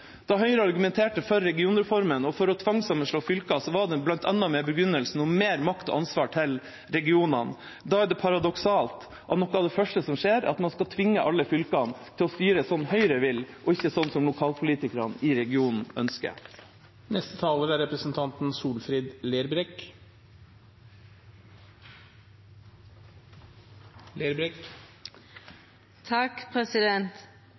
Da Høyre argumenterte for regionreformen og for å tvangssammenslå fylker, var det bl.a. med begrunnelsen om mer makt og ansvar til regionene. Da er det paradoksalt at noe av det første som skjer, er at man skal tvinge alle fylkene til å styre sånn Høyre vil, og ikke sånn som lokalpolitikerne i regionen